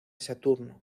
saturno